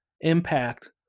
impact